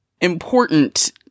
important